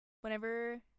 whenever